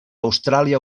austràlia